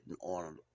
on